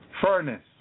furnace